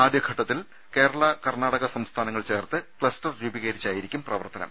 ആദ്യഘട്ടത്തിൽ കേരള കർണാടക സംസ്ഥാനങ്ങൾ ചേർത്ത് ക്ലസ്റ്റർ രൂപീകരിച്ചായിരിക്കും പ്രവർത്ത നം